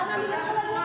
למה אני לא יכולה,